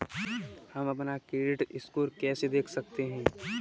हम अपना credit score कैसे देख सकते हैं?